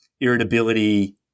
irritability